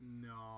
No